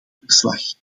verslag